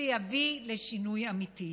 שיביא לשינוי אמיתי.